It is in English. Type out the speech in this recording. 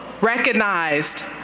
recognized